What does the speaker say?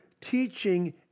teaching